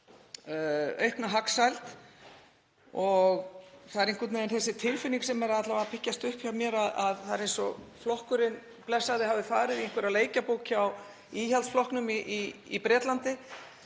Það er einhvern veginn þessi tilfinning sem alla vega er að byggjast upp hjá mér að það er eins og flokkurinn blessaði hafi farið í einhverja leikjabók hjá Íhaldsflokknum í Bretlandi